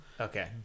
Okay